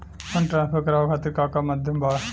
Fund transfer करवाये खातीर का का माध्यम बा?